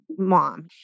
mom